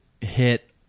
hit